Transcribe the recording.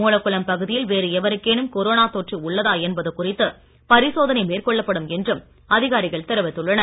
மூலக்குளம் பகுதியில் வேறு எவருக்கேனும் கொரோனா தொற்று உள்ளதா என்பது குறித்து பரிசோதனை மேற்கொள்ளப்படும் என்றும் அதிகாரிகள் தெரிவித்துள்ளனர்